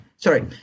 Sorry